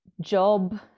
job